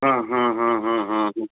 हा हा हा हा